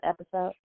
episode